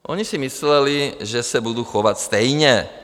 Oni si mysleli, že se budu chovat stejně.